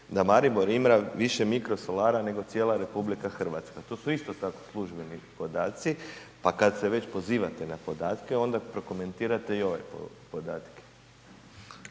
da Maribor ima više mikrosolara nego cijela RH. To su isto tako službeni podaci. Pa kada se već pozivate na podatke onda prokomentirate i ove podatke.